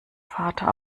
vater